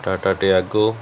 Tata Tiago